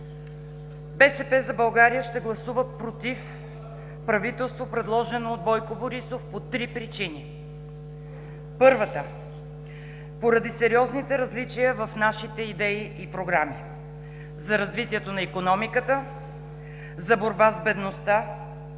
„БСП за България“ ще гласува „против“ правителство предложено от Бойко Борисов по три причини: първата – поради сериозните различия в нашите идеи и програми за развитието на икономиката, за борба с бедността,